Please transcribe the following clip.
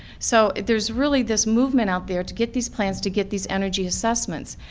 so there's really this movement out there to get these plants to get these energy assessments.